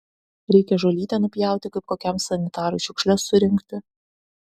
reikia žolytę nupjauti kaip kokiam sanitarui šiukšles surinkti